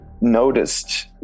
noticed